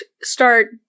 start